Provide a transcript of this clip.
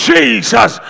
Jesus